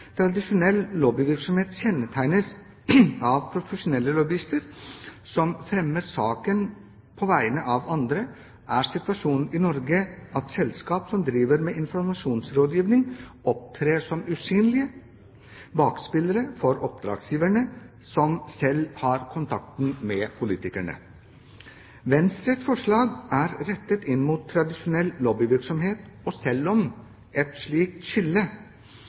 tradisjonell lobbyvirksomhet kjennetegnes av profesjonelle lobbyister som fremmer saken på vegne av andre, er situasjonen i Norge at selskap som driver med informasjonsrådgivning, opptrer som usynlige bakspillere for oppdragsgiverne, som selv har kontakt med politikere. Venstres forslag er rettet inn mot tradisjonell lobbyvirksomhet, og selv om et slikt